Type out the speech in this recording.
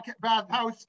bathhouse